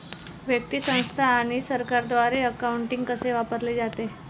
व्यक्ती, संस्था आणि सरकारद्वारे अकाउंटिंग कसे वापरले जाते